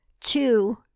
Two